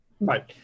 Right